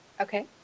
Okay